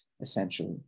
essentially